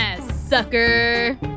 sucker